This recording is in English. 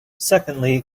secondly